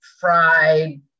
fried